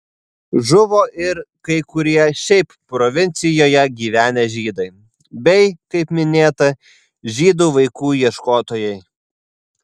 žuvo ir kai kurie šiaip provincijoje gyvenę žydai bei kaip minėta žydų vaikų ieškotojai